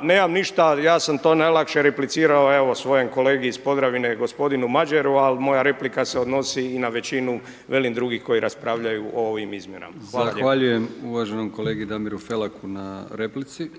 nemam ništa, ja sam to najlakše replicirao svojem kolegi iz Podravine gospodinu Madjeru ali moja replika se odnosi i na većinu velim drugih koji raspravljaju o ovim izmjenama. Hvala. **Brkić, Milijan (HDZ)** Zahvaljujem uvaženom kolegi Damiru Felaku na replici.